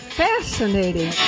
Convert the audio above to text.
fascinating